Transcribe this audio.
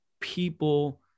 people